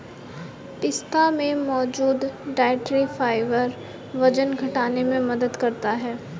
पिस्ता में मौजूद डायट्री फाइबर वजन घटाने में मदद करते है